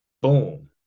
boom